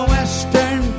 Western